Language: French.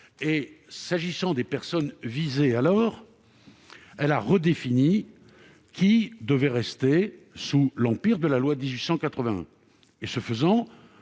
: s'agissant des personnes visées alors, elle a redéfini qui devait rester sous l'empire de la loi de 1881. Ce faisant,